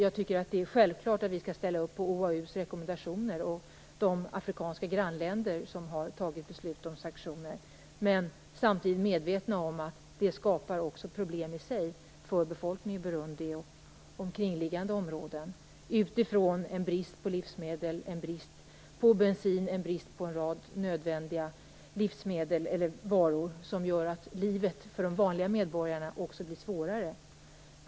Jag tycker att det är självklart att vi skall ställa upp på OAU:s rekommendationer och de afrikanska grannländer som har fattat beslut om sanktioner. Men samtidigt skall vi vara medvetna om att det också skapar problem i sig för befolkningen i Burundi och omkringliggande områden. En brist på livsmedel, bensin och en rad nödvändiga varor gör att livet för de vanliga medborgarna också blir svårare.